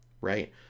right